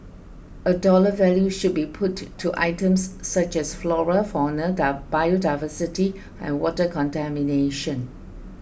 a dollar value should be put to items such as flora fauna biodiversity and water contamination